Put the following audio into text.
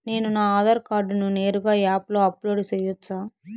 నేను నా ఆధార్ కార్డును నేరుగా యాప్ లో అప్లోడ్ సేయొచ్చా?